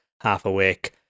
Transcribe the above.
half-awake